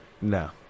No